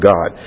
God